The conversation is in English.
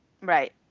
Right